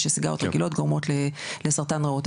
שסיגריות רגילות גורמות לסרטן ראות,